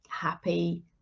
happy